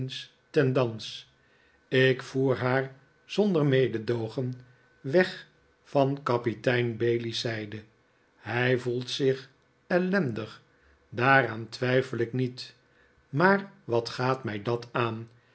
ten dans ik voer haar zonder mededoogen weg van kapitein bailey's zijde hij voelt zich ellendig daraan twijfel ik niet maar wat gaat mij dat aan